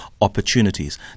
opportunities